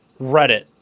Reddit